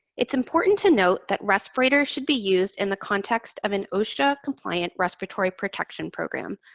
it's important to note that respirator should be used in the context of an osha compliant respiratory protection program,